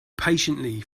patiently